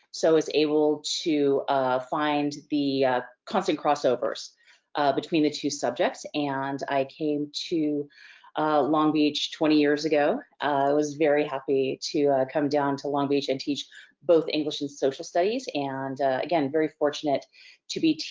so was able to find the constant crossovers between the two subjects. and, i came to long beach twenty years ago. i was very happy to come down to long beach and teach both english and social studies. and again, very fortunate to be,